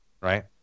Right